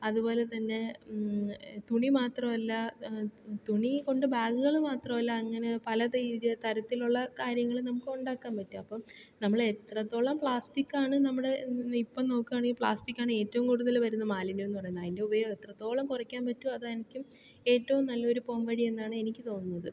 അതുപോലെ തന്നെ തുണി മാത്രം അല്ല തു തുണി കൊണ്ട് ബാഗുകൾ മാത്രം അല്ല അങ്ങനെ പലത് ഇത് തരത്തിലുള്ള കാര്യങ്ങൾ നമുക്ക് ഉണ്ടാക്കാൻ പറ്റും അപ്പം നമ്മൾ എത്രത്തോളം പ്ലാസ്റ്റിക് ആണ് നമ്മുടെ ഇപ്പം നോക്കുവാണെങ്കിൽ പ്ലാസ്റ്റിക് ആണ് ഏറ്റവും കൂടുതൽ വരുന്ന മാലിന്യം എന്ന് പറയുന്ന അതിൻ്റെ ഉപയോഗം എത്രത്തോളം കുറയ്ക്കാൻ പറ്റുമോ അതായിരിക്കും ഏറ്റവും നല്ലൊരു പോംവഴി എന്നാണ് എനിക്ക് തോന്നുന്നത്